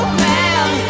man